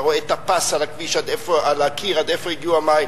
אתה רואה את הפס על הקיר עד איפה הגיעו המים.